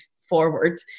forward